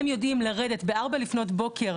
הם יודעים לרדת ב-4 לפנות בוקר,